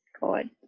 god